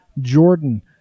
Jordan